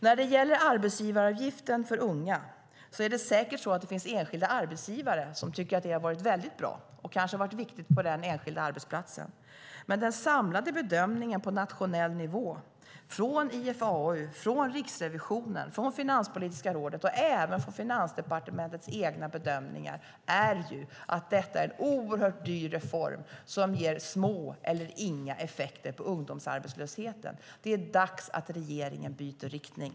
När det gäller arbetsgivaravgiften för unga finns det säkert enskilda arbetsgivare som tycker att detta har varit väldigt bra. Kanske har det varit viktigt på just den enskilda arbetsplatsen. Men den samlade bedömningen på nationell nivå, från IFAU, Riksrevisionen, Finanspolitiska rådet och även från Finansdepartementet, är att detta är en oerhört dyr reform som ger små eller inga effekter på ungdomsarbetslösheten. Det är dags att regeringen byter riktning.